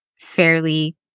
fairly